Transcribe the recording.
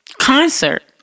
concert